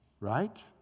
right